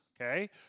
okay